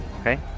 Okay